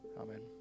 Amen